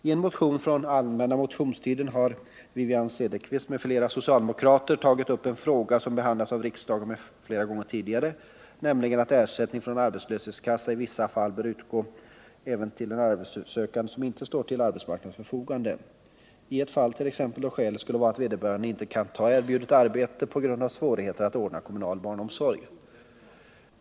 I en motion från allmänna motionstiden har Wivi-Anne Cederqvist m.fl. socialdemokrater tagit upp en fråga som behandlats av riksdagen flera gånger tidigare, nämligen frågan om att ersättning från arbetslöshetskassa i vissa fall bör utgå även till en arbetssökande som inte står till arbetsmarknadens förfogande, t.ex. i ett sådant fall där skälet är att vederbörande inte kan ta emot ett erbjudet arbete på grund av svårigheten att ordna kommunal barnomsorg.